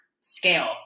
scale